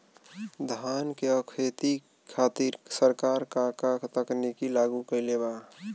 धान क खेती खातिर सरकार का का तकनीक लागू कईले बा?